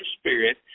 spirit